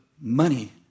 money